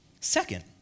Second